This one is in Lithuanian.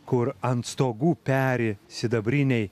kur ant stogų peri sidabriniai